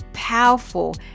powerful